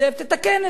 תתקן את זה.